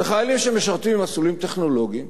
אלה חיילים שמשרתים במסלולים טכנולוגיים,